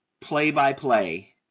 Play-by-play